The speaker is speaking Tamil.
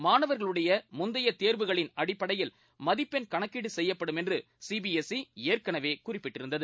மாணவர்களுடைய முந்தைய தேர்வுகளின் அடிப்படையில் மதிப்பெண் கணக்கீடு செய்யப்படும் என்று சி பி எஸ் சி ஏற்கனவே குறிப்பிட்டிருந்தது